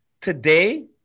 today